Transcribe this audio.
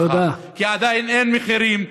כי עדיין אין מחירים,